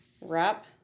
Wrap